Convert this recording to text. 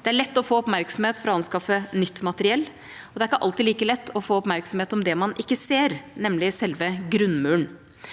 Det er lett å få oppmerksomhet for å anskaffe nytt materiell, og det er ikke alltid like lett å få oppmerksomhet om det man ikke ser, nemlig selve grunnmuren.